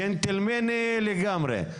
ג'נטלמני לגמרי.